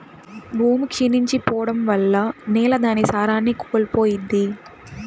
భూమి క్షీణించి పోడం వల్ల నేల దాని సారాన్ని కోల్పోయిద్ది